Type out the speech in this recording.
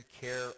care